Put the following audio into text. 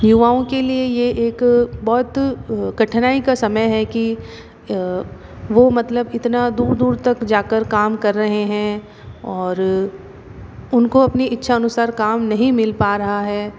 युवाओं के लिए ये एक बहुत कठिनाई का समय है कि वो मतलब इतना दूर दूर तक जाकर काम कर रहे हैं और उनको अपनी इच्छा अनुसार काम नहीं मिल पा रहा है